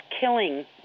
killing